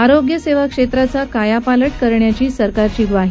आरोग्यसेवा क्षेत्राचा कायापालट करण्याची सरकारची ग्वाही